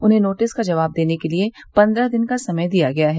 उन्हें नोटिस का जवाब देने के लिए पन्द्रह दिन का समय दिया गया है